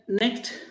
next